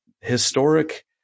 historic